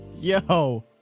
Yo